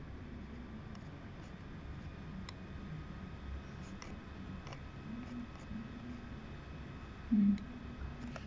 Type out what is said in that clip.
mm